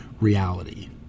reality